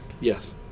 Yes